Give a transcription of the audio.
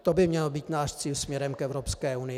To by měl být náš cíl směrem k Evropské unii.